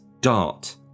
dart